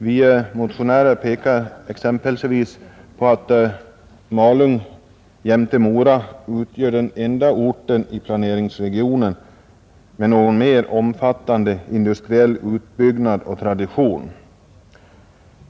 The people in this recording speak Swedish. Vi motionärer pekar exempelvis på att Malung jämte Mora utgör den enda orten i planeringsregionen med någon mer omfattande industriell utbyggnad och tradition.